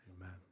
Amen